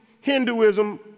Hinduism